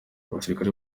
abasirikare